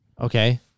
Okay